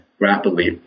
rapidly